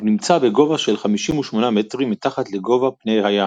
הוא נמצא בגובה של 58 מטרים מתחת לגובה פני הים.